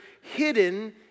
hidden